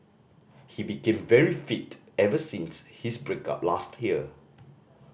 he became very fit ever since his break up last year